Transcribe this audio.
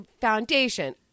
foundation